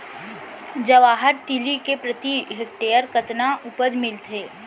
जवाहर तिलि के प्रति हेक्टेयर कतना उपज मिलथे?